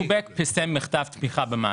דובק פרסם מכתב תמיכה במס.